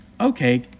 Okay